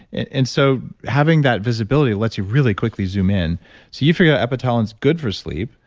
and so having that visibility lets you really quickly zoom in so you figured out epitalon's good for sleep.